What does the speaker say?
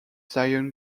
zion